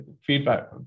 feedback